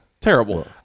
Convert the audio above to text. Terrible